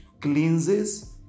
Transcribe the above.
cleanses